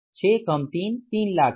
6 कम 3 3 लाख है